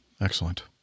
Excellent